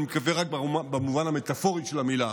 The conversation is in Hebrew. אני מקווה רק במובן המטפורי של המילה,